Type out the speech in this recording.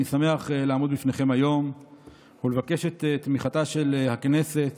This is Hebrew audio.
אני שמח לעמוד בפניכם היום ולבקש את תמיכתה של הכנסת